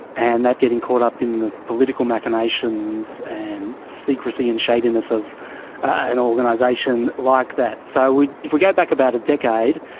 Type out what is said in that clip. and that getting caught up in the political machinations and secrecy and shadiness of an organisation like that. so if we go back about a decade,